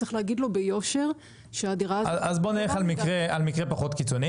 צריך להגיד לו ביושר שהדירה הזאת --- בואו נלך על מקרה פחות קיצוני.